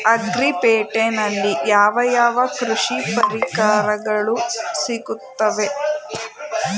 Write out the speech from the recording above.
Agri ಪೇಟೆನಲ್ಲಿ ಯಾವ ಯಾವ ಕೃಷಿ ಪರಿಕರಗಳು ಸಿಗುತ್ತವೆ?